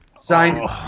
signed